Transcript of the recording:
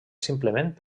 simplement